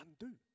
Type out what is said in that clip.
undo